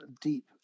deep